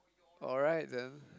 alright then